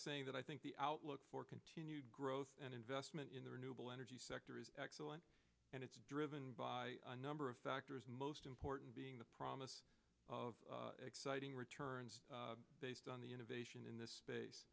saying that i think the outlook for continued growth and investment in the renewable energy sector is excellent and it's driven by a number of factors most important being the promise of exciting returns based on the innovation in this space